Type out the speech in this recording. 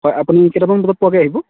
হয় আপুনি কেইটামান বজাত পোৱাকৈ আহিব